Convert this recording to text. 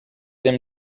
them